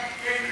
כן.